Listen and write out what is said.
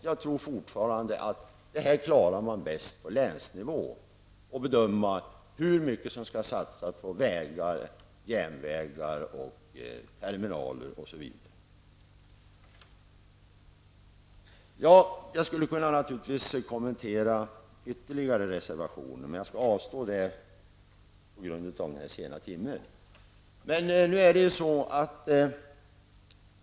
Jag tror att det är på länsnivå man bäst klarar av att bedöma hur mycket som skall satsas på vägar, järnvägar, terminaler osv. Jag skulle naturligtvis kunna kommentera ytterligare reservationer, men jag skall avstå från det på grund av den sena timmen.